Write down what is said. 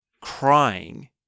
crying